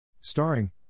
Starring